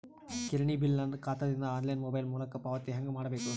ಕಿರಾಣಿ ಬಿಲ್ ನನ್ನ ಖಾತಾ ದಿಂದ ಆನ್ಲೈನ್ ಮೊಬೈಲ್ ಮೊಲಕ ಪಾವತಿ ಹೆಂಗ್ ಮಾಡಬೇಕು?